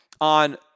on